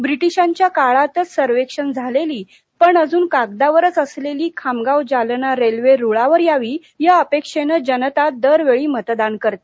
ब्रिटीशांच्या काळातच सर्वेक्षण झालेली पण अजून कागदावरच असलेली खामगाव जालना रेल्वे रुळावर यावी या अपेक्षेनं जनता दरवेळी मतदान करते